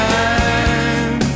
time